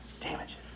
damages